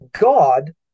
God